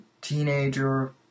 teenager